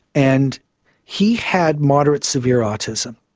and he had moderate severe autism.